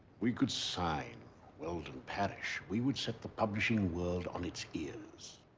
we could sign weldon parish. we would set the publishing world on its ears.